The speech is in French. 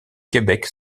quebec